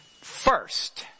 first